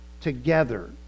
together